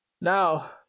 Now